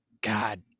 God